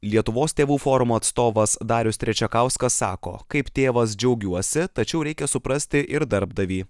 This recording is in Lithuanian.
lietuvos tėvų forumo atstovas darius trečiakauskas sako kaip tėvas džiaugiuosi tačiau reikia suprasti ir darbdavį